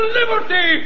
liberty